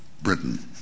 Britain